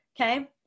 Okay